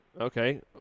Okay